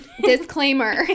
disclaimer